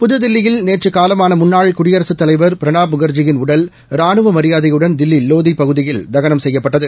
புதுதில்லியில் நேற்று காலமான முன்னாள் குடியரசுத் தலைவர் பிரணாப் முக்ஜியின் உடல் ராணுவ மரியாதையுடன் தில்லி லோதி பகுதியில் தகனம் செய்யப்பட்டது